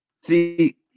See